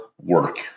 work